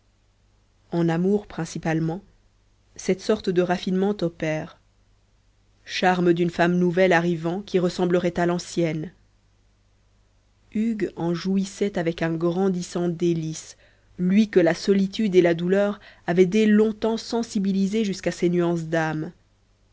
en amour principalement cette sorte de raffinement opère charme d'une femme nouvelle arrivant qui ressemblerait à l'ancienne hugues en jouissait avec un grandissant délice lui que la solitude et la douleur avaient dès longtemps sensibilisé jusqu'à ces nuances d'âme